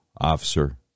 officer